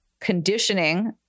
conditioning